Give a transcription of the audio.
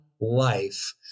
life